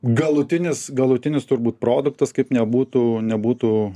galutinis galutinis turbūt produktas kaip nebūtų nebūtų